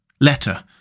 Letter